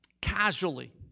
casually